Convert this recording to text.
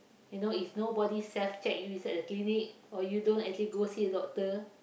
you know if nobody self-check you inside the clinic or you don't actually go see the doctor